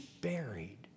buried